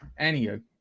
Anywho